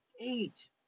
Eight